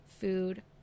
food